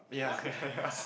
ya